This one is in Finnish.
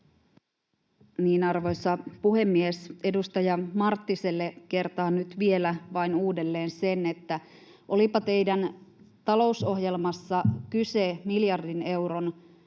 hyvä. Arvoisa puhemies! Edustaja Marttiselle kertaan nyt vielä uudelleen vain sen, että olipa teidän talousohjelmassanne kyse miljardin euron